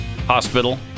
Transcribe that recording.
Hospital